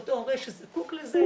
לאותו הורה שזקוק לזה,